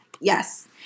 Yes